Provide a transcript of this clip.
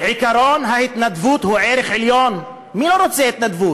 שירות לאומי.